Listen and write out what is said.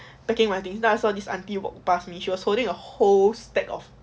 packing my things then I saw this auntie walk pass me she was holding a whole stack of